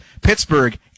Pittsburgh